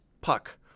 puck